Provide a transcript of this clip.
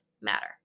matter